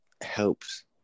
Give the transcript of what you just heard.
helps